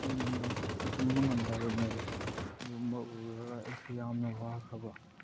ꯑꯩ ꯅꯨꯡꯗꯥꯡ ꯆꯨꯞꯄ ꯇꯨꯝꯕ ꯉꯝꯗꯕꯅꯦꯕ ꯑꯗꯨꯒꯨꯝꯕ ꯨꯔ ꯑꯩꯁꯦ ꯌꯥꯝꯅ ꯋꯥꯈ꯭ꯔꯕ